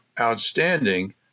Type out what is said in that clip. outstanding